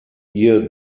ihr